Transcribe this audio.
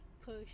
push